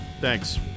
Thanks